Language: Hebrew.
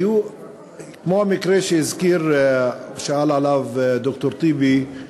כמו המקרה ששאל עליו ד"ר טיבי,